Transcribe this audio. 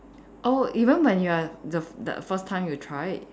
oh even when you are the f~ the first time you tried